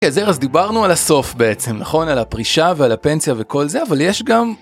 אז דיברנו על הסוף בעצם, נכון? על הפרישה ועל הפנסיה וכל זה, אבל יש גם...